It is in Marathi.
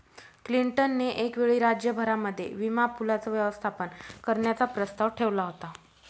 क्लिंटन ने एक वेळी राज्य भरामध्ये विमा पूलाचं व्यवस्थापन करण्याचा प्रस्ताव ठेवला होता